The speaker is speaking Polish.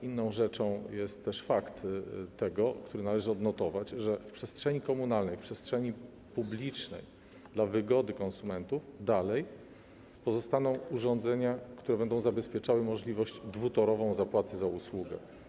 Inną rzeczą jest też fakt, który należy odnotować, że w przestrzeni komunalnej, przestrzeni publicznej dla wygody konsumentów dalej pozostaną urządzenia, które będą zabezpieczały dwutorową możliwość zapłaty za usługę.